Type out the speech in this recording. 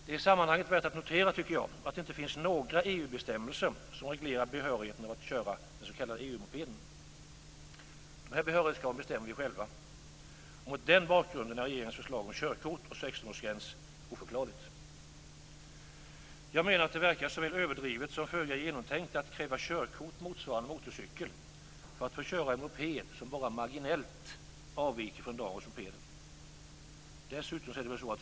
Det är i sammanhanget värt att notera att det inte finns några EU-bestämmelser som reglerar behörigheten att köra den s.k. EU-mopeden. Dessa behörighetskrav bestämmer vi själva. Mot den bakgrunden är regeringens förslag om körkort och 16-årsgräns oförklarligt. Jag menar att det verkar såväl överdrivet som föga genomtänkt att kräva körkort motsvarande motorcykel för att få köra en moped som bara marginellt avviker från dagens mopeder.